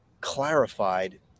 clarified